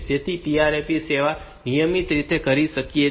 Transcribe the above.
તેથી આ TRAP સેવા નિયમિત તે કરી રહી હોય છે